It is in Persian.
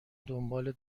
دنبال